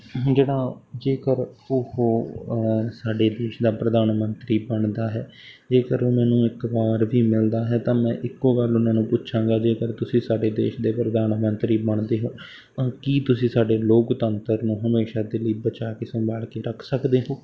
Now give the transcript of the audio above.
ਜਿਹੜਾ ਜੇਕਰ ਉਹ ਸਾਡੇ ਦੇਸ਼ ਦਾ ਪ੍ਰਧਾਨ ਮੰਤਰੀ ਬਣਦਾ ਹੈ ਜੇਕਰ ਉਹਨਾਂ ਨੂੰ ਇੱਕ ਵਾਰ ਵੀ ਮਿਲਦਾ ਹੈ ਤਾਂ ਮੈਂ ਇੱਕੋ ਗੱਲ ਉਹਨਾਂ ਨੂੰ ਪੁੱਛਾਂਗਾ ਜੇਕਰ ਤੁਸੀਂ ਸਾਡੇ ਦੇਸ਼ ਦੇ ਪ੍ਰਧਾਨ ਮੰਤਰੀ ਬਣਦੇ ਹੋ ਤਾਂ ਕੀ ਤੁਸੀਂ ਸਾਡੇ ਲੋਕਤੰਤਰ ਨੂੰ ਹਮੇਸ਼ਾ ਦੇ ਲਈ ਬਚਾ ਕੇ ਸੰਭਾਲ ਕੇ ਰੱਖ ਸਕਦੇ ਹੋ